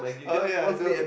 oh ya I don't